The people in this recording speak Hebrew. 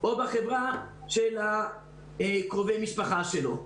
או בחברה של קרובי המשפחה שלו.